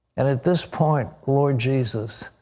and at this point, lord jesus,